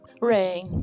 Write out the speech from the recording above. Ray